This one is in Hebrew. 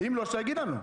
אם לא, שיגיד לנו.